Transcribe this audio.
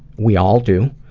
we all do.